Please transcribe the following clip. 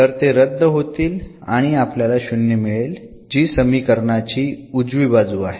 तर ते रद्द होतील आणि आपल्याला शून्य मिळेल जी समीकरणांची उजवी बाजू आहे